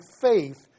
faith